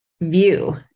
view